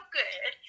good